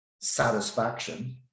satisfaction